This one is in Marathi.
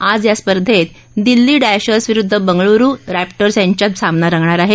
आता या स्पर्धेत दिल्ली डॅशर्स विरुद्ध बंगलुरु रॅपटर्स यांच्यात सामना रंगणार आहे